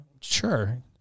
sure